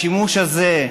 השימוש הזה,